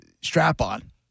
strap-on